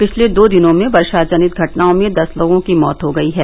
पिछले दो दिनों में वर्षा जनित घटनाओं में दस लोगों की मौत हो गई है